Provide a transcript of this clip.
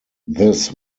this